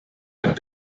had